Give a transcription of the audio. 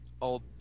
old